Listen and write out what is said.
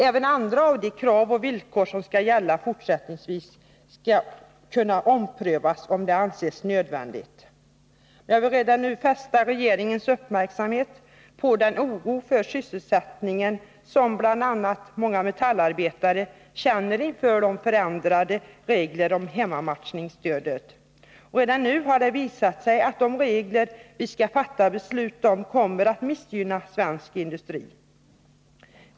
Även andra krav och villkor som fortsättningsvis skall gälla skall kunna omprövas, om det anses nödvändigt. Jag vill redan nu fästa regeringens uppmärksamhet på den oro för sysselsättningen som bl.a. många metallarbetare känner inför de förändrade reglerna om hemmamatchningsstödet. Redan nu har det visat sig att de regler vi skall fatta beslut om kommer att missgynna svensk industri.